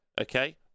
Okay